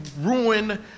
ruin